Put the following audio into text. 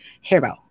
hero